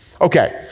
Okay